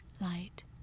light—